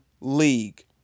League